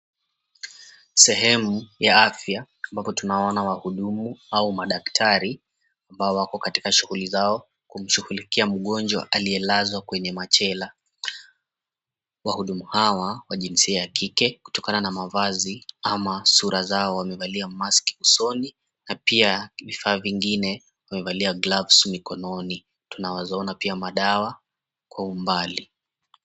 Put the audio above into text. Sehemu ya afya ambapo tunaona wahudumu au madaktari ambao wako katika shughuli zao kumshughulikia mgonjwa aliyelazwa kwenye machela. Wahudumu hawa wa jinsia ya kike kutokana na mavazi ama sura zao wamevalia mask usoni na pia vifaa vingine wamevalia gloves mikononi. Tunaweza ona pia madawa kwa umbali.